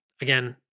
again